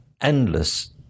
endless